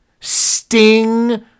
Sting